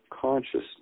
consciousness